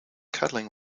cuddling